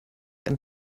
and